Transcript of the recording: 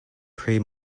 pre